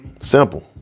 simple